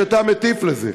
שאתה מטיף לזה.